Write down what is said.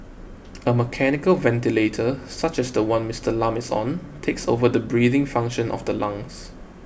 a mechanical ventilator such as the one Mister Lam is on takes over the breathing function of the lungs